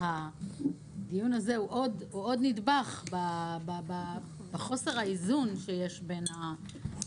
הדיון הזה הוא עוד נדבך בחוסר האיזון שיש בין